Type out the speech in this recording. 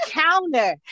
counter